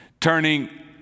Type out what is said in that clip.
turning